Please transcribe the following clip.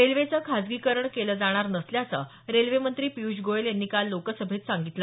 रेल्वेचं खाजगीकरण केलं जाणार नसल्याचं रेल्वेमंत्री पिय़ष गोयल यांनी काल लोकसभेत सांगितलं